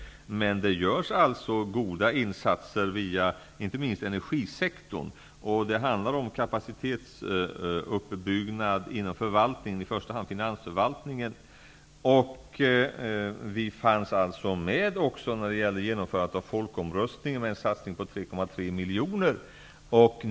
Men det görs alltså goda insatser via inte minst energisektorn. Det handlar om kapacitetsuppbyggnad inom förvaltningen, i första hand finansförvaltningen. Vi fanns också med vid genomförandet av folkomröstningen med en satsning på 3,3 miljoner.